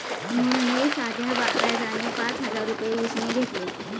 मोहनने साध्या व्याजाने पाच हजार रुपये उसने घेतले